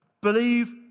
Believe